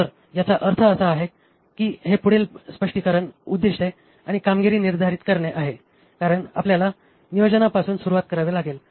तर याचा अर्थ असा आहे की हे पुढील स्पष्टीकरण उद्दीष्टे आणि कामगिरी निर्धारित करणे आहे कारण आपल्याला नियोजनापासून सुरुवात करावी लागेल